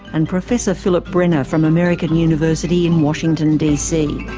and professor philip brenner from american university in washington, d. c.